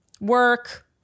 work